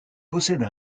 possède